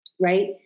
right